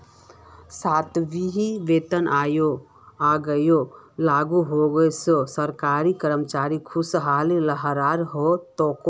सातवां वेतन आयोग लागू होल से सरकारी कर्मचारिर ख़ुशीर लहर हो तोक